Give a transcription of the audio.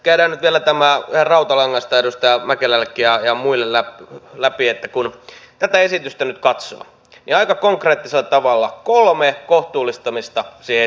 käydään nyt vielä ihan rautalangasta edustaja mäkelällekin ja muille läpi että kun tätä esitystä nyt katsoo niin aika konkreettisella tavalla kolme kohtuullistamista siihen esitettiin